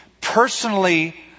personally